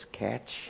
catch